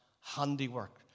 handiwork